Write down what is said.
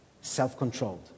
self-controlled